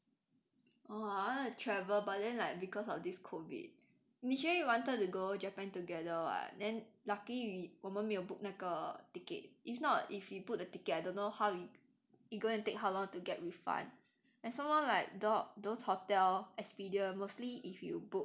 oh I want to travel but then like because of this COVID initially we wanted to go japan together [what] then luckily we 我们没有 book 那个 ticket if not if you book the ticket I don't know how it it gonna take how long to get refund and some more like tho~ those hotel expedia mostly if you book